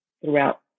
throughout